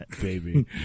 baby